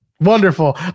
wonderful